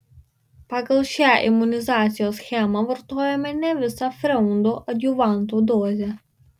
pagal šią imunizacijos schemą vartojome ne visą freundo adjuvanto dozę